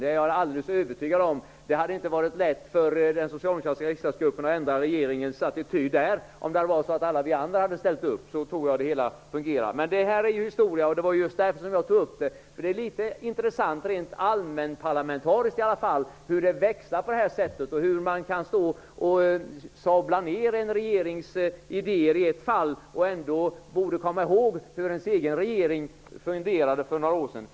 Det är jag övertygad om. Det hade inte varit lätt för den socialdemokratiska riksdagsgruppen att ändra regeringens attityd, om alla vi andra hade ställt upp för regeringen. Men detta är historia, och det var just därför som jag tog upp det. Det är intressant rent allmänparlamentariskt att se hur det växlar och hur man kan sabla ner en regerings idé i ett fall. Man borde ändå komma ihåg hur ens egen regeringen fungerade för några år sedan.